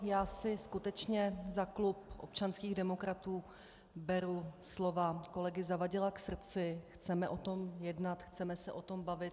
Já si skutečně za klub občanských demokratů beru slova kolegy Zavadila k srdci, chceme o tom jednat, chceme se o tom bavit.